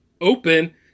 open